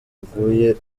aguye